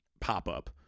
pop-up